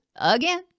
again